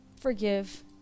Forgive